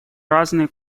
разные